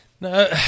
No